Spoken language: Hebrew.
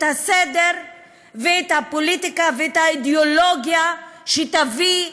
הסדר ואת הפוליטיקה ואת האידיאולוגיה שתביא,